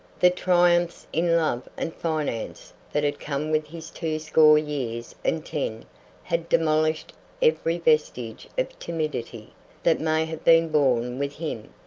the triumphs in love and finance that had come with his two score years and ten had demolished every vestige of timidity that may have been born with him.